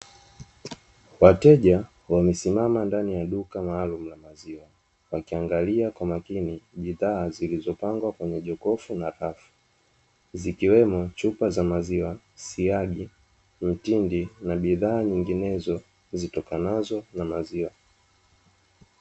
Wateja wamesimama ndani ya duka maalumu la maziwa wakiangalia kwa makini bidhaa zilizopangwa kwenye jokofu na hafu zikiwemo chupa za maziwa, siagi, mtindi na bidhaa nyenginezo zitokanazo na maziwa.